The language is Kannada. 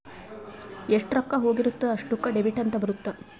ಎಷ್ಟ ರೊಕ್ಕ ಹೋಗಿರುತ್ತ ಅಷ್ಟೂಕ ಡೆಬಿಟ್ ಅಂತ ಬರುತ್ತ